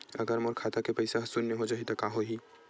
अगर मोर खाता के पईसा ह शून्य हो जाही त का होही?